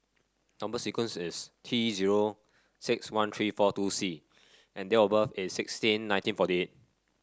number sequence is T zero six one three four two C and date of birth is sixteen nineteen forty eight